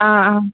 ആ ആ